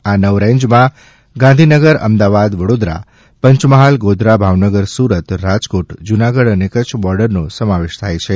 આ નવ રેન્જમાં ગાંધીનગર અમદાવાદ વડોદરા પંચમહાલ ગોધરા ભાવનગર સુરત રાજકોટ જૂનાગઢ અને કચ્છ બોર્ડરનો સમાવેશ થાય છે